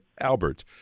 Albert